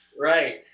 right